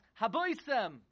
Haboisem